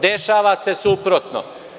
Dešava se suprotno.